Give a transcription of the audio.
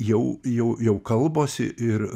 jau jau jau kalbos ir